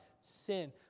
sin